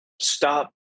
stop